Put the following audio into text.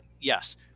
Yes